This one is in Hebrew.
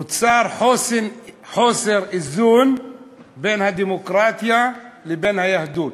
נוצר חוסר איזון בין הדמוקרטיה לבין היהדות.